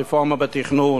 הרפורמה בתכנון,